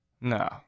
No